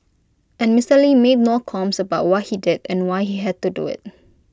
and Mister lee made no qualms about what he did and why he had to do IT